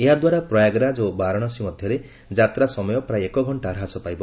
ଏହାଦ୍ୱାରା ପ୍ରୟାଗରାଜ ଓ ବାରାଣସୀ ମଧ୍ୟରେ ଯାତ୍ରା ସମୟ ପ୍ରାୟ ଏକ ଘକ୍ଷା ହ୍ରାସ ପାଇବ